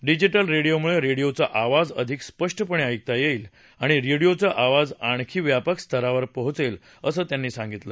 digital रेडिओमळे रेडिओचा आवाज अधिक स्पष्टपणे ऐकता येईल आणि रेडिओचा आवाज आणखी व्यापक स्तरावर पोहोचेल असं त्यांनी सांगितलं